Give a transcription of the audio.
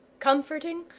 comforting,